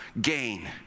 gain